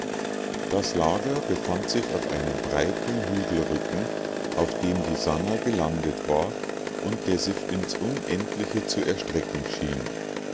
das lager befand sich auf einem breiten hügelrücken auf dem die sannah gelandet war und der sich ins unendliche zu erstrecken schien